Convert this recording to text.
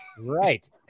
Right